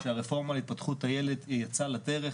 כשהרפורמה להתפתחות הילד יצאה לדרך,